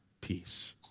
peace